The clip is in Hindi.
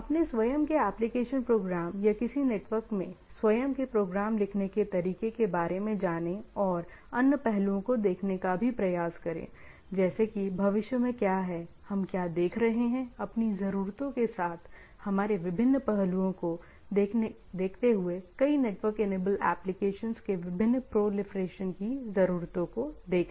अपने स्वयं के एप्लिकेशन प्रोग्राम या किसी नेटवर्क में स्वयं के प्रोग्राम लिखने के तरीके के बारे में जानें और अन्य पहलुओं को देखने का भी प्रयास करें जैसे कि भविष्य में क्या है हम क्या देख रहे हैं अपनी ज़रूरतों के साथ हमारे विभिन्न पहलुओं को देखते हुए कई नेटवर्क इनेबल एप्लीकेशन के विभिन्न प्रोलिफ्रेशन की ज़रूरतों को देखना